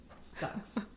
sucks